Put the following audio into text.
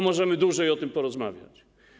Możemy dłużej o tym porozmawiać.